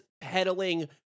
peddling